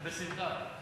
בשמחה.